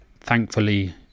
Thankfully